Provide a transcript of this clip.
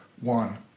one